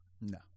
No